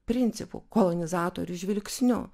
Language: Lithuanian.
principų kolonizatorių žvilgsniu